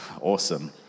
Awesome